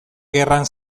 gerran